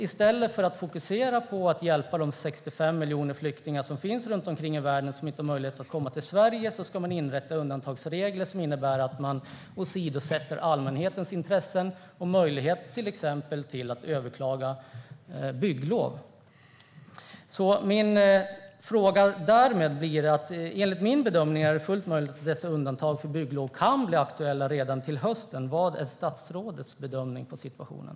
I stället för att fokusera på att hjälpa de 65 miljoner flyktingar som finns runt om i världen och som inte har möjlighet att komma till Sverige ska man inrätta undantagsregler som innebär att man åsidosätter allmänhetens intressen och möjligheten att exempelvis överklaga bygglov. Enligt min bedömning är det fullt möjligt att dessa undantag för bygglov kan bli aktuella till hösten. Vad är statsrådets bedömning av situationen?